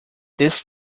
this